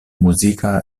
muzika